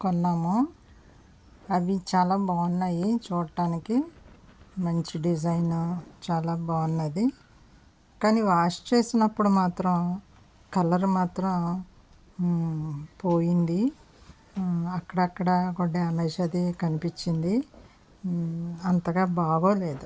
కొన్నాము అవి చాలా బాగున్నాయి చూడడానికి మంచి డిజైన్ చాలా బాగుంది కానీ వాష్ చేసినప్పుడు మాత్రం కలర్ మాత్రం పోయింది అక్కడక్కడా కూడా డ్యామేజ్ అదీ కనిపించింది అంతగా బాగాలేదు